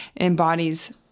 embodies